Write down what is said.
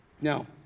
Now